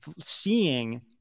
seeing